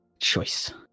choice